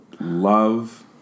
love